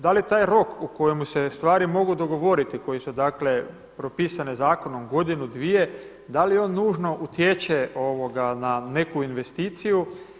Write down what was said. Da li taj rok u kojemu se stvari mogu dogovoriti koje su dakle propisane zakonom godinu, dvije, da li on nužno utječe na neku investiciju?